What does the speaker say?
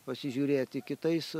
pasižiūrėti kitais